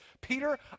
Peter